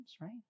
right